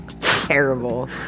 terrible